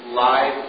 live